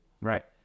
Right